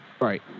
right